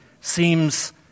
seems